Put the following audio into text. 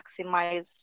maximize